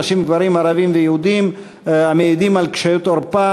נשים וגברים וערבים ויהודים המעידים על קשיות עורפה